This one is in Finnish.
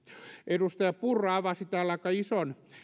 edustaja purra avasi täällä aika ison